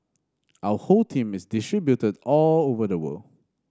our whole team is distributed all over the world